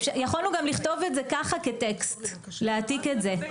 יכולנו גם לכתוב את זה ככה כטקסט, להעתיק את זה.